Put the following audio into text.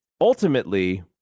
ultimately